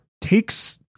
takes